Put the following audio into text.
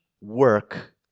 work